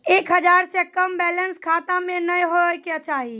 एक हजार से कम बैलेंस खाता मे नैय होय के चाही